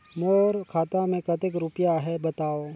मोर खाता मे कतेक रुपिया आहे बताव?